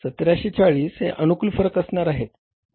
1740 हे अनुकूल फरक असणार आहेत